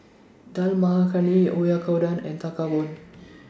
Dal Makhani Oyakodon and Tekkadon